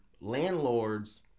landlords